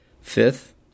Fifth